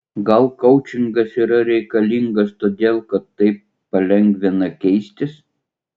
gal koučingas yra reikalingas todėl kad taip nelengva keistis